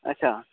अच्छा